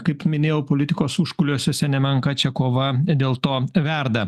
kaip minėjau politikos užkulisiuose nemenka čia kova dėl to verda